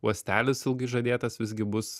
uostelis ilgai žadėtas visgi bus